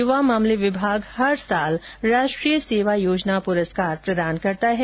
युवा मामले विभाग हर वर्ष राष्ट्रीय सेवा योजना पुरस्कार प्रदान करता है